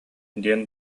диэн